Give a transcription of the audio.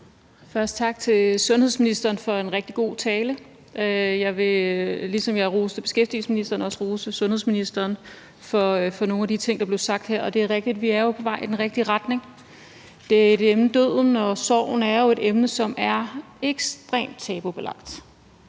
Først tak til sundhedsministeren for en rigtig god tale. Jeg vil, ligesom jeg roste beskæftigelsesministeren, også rose sundhedsministeren for nogle af de ting, der blev sagt her. Det er jo rigtigt, at vi er på vej i den rigtige retning. Døden og sorgen er et emne, som er ekstremt tabubelagt